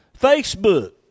Facebook